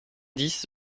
dix